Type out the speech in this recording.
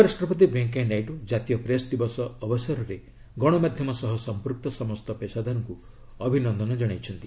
ଉପରାଷ୍ଟ୍ରପତି ଭେଙ୍କିୟା ନାଇଡୁ କାତୀୟ ପ୍ରେସ୍ ଦିବସ ଅବସରରେ ଗଣମାଧ୍ୟମ ସହ ସମ୍ପୃକ୍ତ ସମସ୍ତ ପେସାଦାରଙ୍କୁ ଅଭିନନ୍ଦନ ଜଣାଇଛନ୍ତି